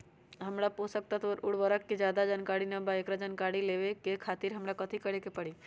हमरा पोषक तत्व और उर्वरक के ज्यादा जानकारी ना बा एकरा जानकारी लेवे के खातिर हमरा कथी करे के पड़ी?